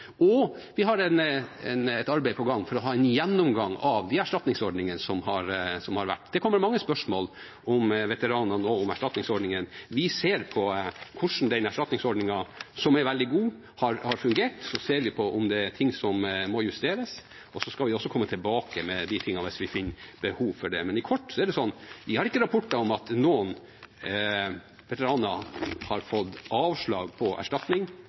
og vi har et arbeid på gang for å ha en gjennomgang av de erstatningsordningene som har vært. Det kommer mange spørsmål om veteranene og om erstatningsordningene. Vi ser på hvordan denne erstatningsordningen – som er veldig god – har fungert. Så ser vi på om det er ting som må justeres, og vi vil komme tilbake med disse tingene hvis vi finner behov for det. I korthet: Vi har ikke rapporter om at noen veteraner har fått avslag på søknad om erstatning